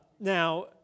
Now